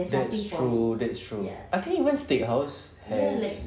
that's true that's true I even think steak house has